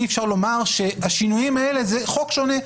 אי אפשר לומר שהשינויים האלה זה חוק שונה.